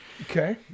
Okay